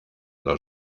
dos